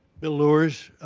bill luers.